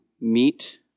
meet